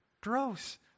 Gross